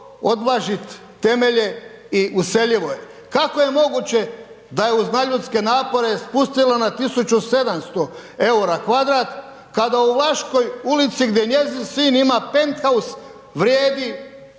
odvlažiti temelje i useljivo je. Kako je moguće da je uz nadljudske napore spustilo na 1700 eura kvadrat kada u Vlaškoj ulici gdje njezin sin ima penthouse vrijedi